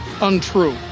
untrue